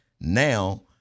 now